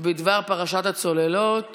בדבר פרשת הצוללות